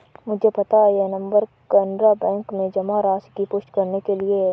मुझे पता है यह नंबर कैनरा बैंक में जमा राशि की पुष्टि करने के लिए है